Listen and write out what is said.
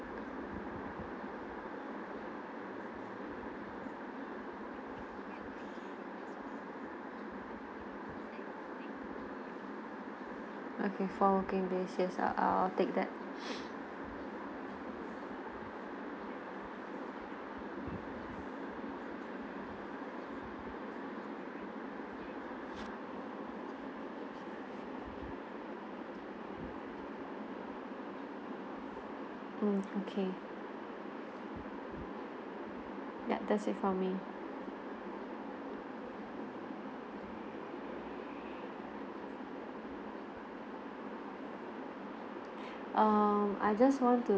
okay four working days yes I will take that mm okay ya that's it for me um I just want to~